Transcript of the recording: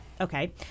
Okay